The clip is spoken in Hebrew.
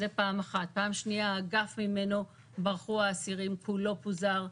דבר שני, האגף ממנו ברחו האסירים כולו פוזר.